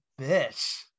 Bitch